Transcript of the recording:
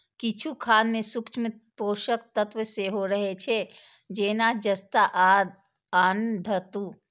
किछु खाद मे सूक्ष्म पोषक तत्व सेहो रहै छै, जेना जस्ता आ आन धातु